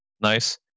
nice